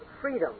freedom